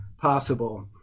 possible